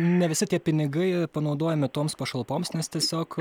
ne visi tie pinigai panaudojami toms pašalpoms nes tiesiog